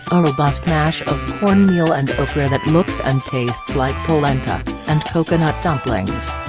a robust mash of cornmeal and okra that looks and tastes like polenta, and coconut dumplings.